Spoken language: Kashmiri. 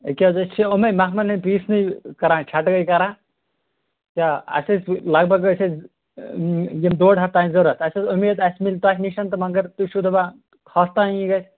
یہِ کیٛاہ حظ أسۍ چھِ یِمَے مَخمَل ہٕنٛدۍ پیٖسنٕے کَران چھٹٲے کَران کیٛاہ اَسہِ ٲسۍ لَگ بَگ ٲسۍ اَسہِ یِم ڈۄڈ ہَتھ تانۍ ضروٗرت اَسہِ ٲس اُمیٖد اَسہِ میلہِ تۄہہِ نِش تہٕ مگر تُہۍ چھُو دَپان ہَتھ تانی گژھِ